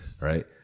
Right